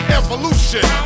evolution